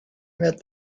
met